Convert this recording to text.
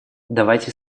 давайте